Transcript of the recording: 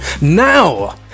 Now